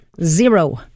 Zero